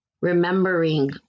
remembering